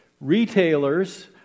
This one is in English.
Retailers